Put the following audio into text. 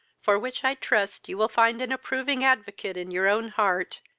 for which i trust you will find an approving advocate in your own heart,